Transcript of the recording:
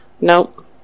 Nope